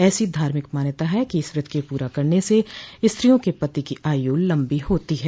ऐसी धार्मिक मान्यता है कि इस व्रत के पूरा करने से स्त्रियों के पति की आयु लम्बी होती है